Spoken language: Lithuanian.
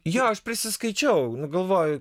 jo aš prisiskaičiau nu galvoju